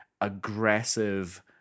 aggressive